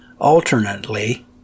alternately